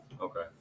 Okay